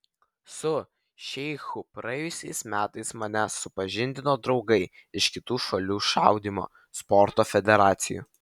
su šeichu praėjusiais metais mane supažindino draugai iš kitų šalių šaudymo sporto federacijų